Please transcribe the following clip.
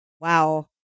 wow